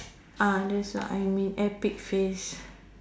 ah that's what I mean epic face